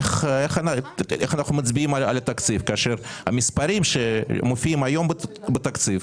איך אנחנו מצביעים על התקציב כאשר המספרים שמופיעים היום בתקציב